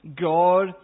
God